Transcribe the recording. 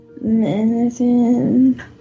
Medicine